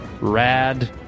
Rad